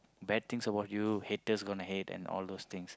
bad things about you haters gonna hate and all those thing